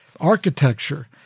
architecture